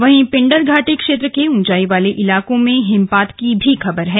वहीं पिंडर घाटी क्षेत्र के ऊंचाई वाले इलाकों में हिमपात की भी खबर है